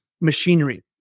machinery